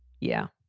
yeah.